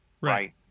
right